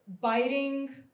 biting